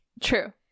True